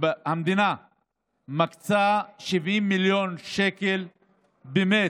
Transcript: המדינה היום מקצה 70 מיליון שקל בשביל